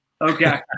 Okay